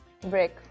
Break